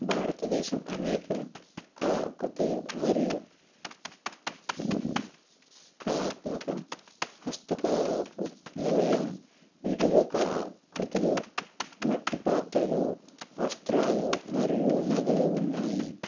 భారతదేశం అనేక కళాకృతులు మరియు కళాత్మక హస్తకళలకు నిలయం వీటిలో కళా కృతులు మట్టి పాత్రలు వస్త్రాలు మరియు నగలు ఉన్నాయి